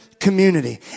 community